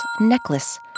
necklace